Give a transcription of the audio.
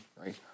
Right